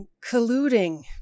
colluding